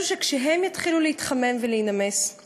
החשש הוא שכשקרח יתחיל להתחמם ולהפשיר